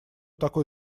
такой